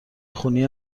خونی